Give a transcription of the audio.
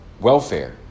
welfare